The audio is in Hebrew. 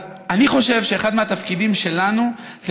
אז אני חושב שאחד מהתפקידים שלנו זה